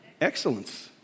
Excellence